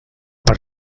per